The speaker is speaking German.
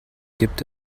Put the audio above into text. gibt